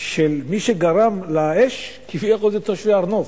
שמי שגרם לאש, כביכול, זה תושבי הר-נוף.